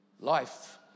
life